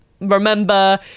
remember